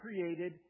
created